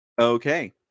Okay